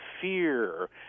fear